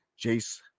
Jace